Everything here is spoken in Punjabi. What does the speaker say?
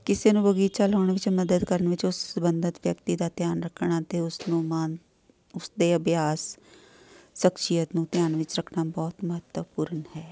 ਕਿਸੇ ਨੂੰ ਬਗੀਚਾ ਲਾਉਣ ਵਿੱਚ ਮਦਦ ਕਰਨ ਵਿੱਚ ਉਸ ਸਬੰਧਿਤ ਵਿਅਕਤੀ ਦਾ ਧਿਆਨ ਰੱਖਣਾ ਅਤੇ ਉਸਨੂੰ ਮਾਨ ਉਸ ਦੇ ਅਭਿਆਸ ਸਖਸ਼ੀਅਤ ਨੂੰ ਧਿਆਨ ਵਿੱਚ ਰੱਖਣਾ ਬਹੁਤ ਮਹੱਤਵਪੂਰਨ ਹੈ